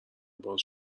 باز